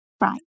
Right